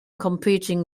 competing